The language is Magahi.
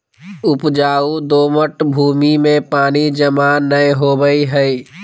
उपजाऊ दोमट भूमि में पानी जमा नै होवई हई